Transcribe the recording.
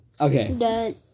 Okay